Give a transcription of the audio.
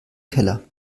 keller